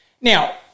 now